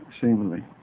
seemingly